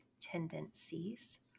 tendencies